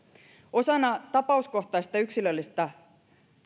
osana tapauskohtaista yksilöllistä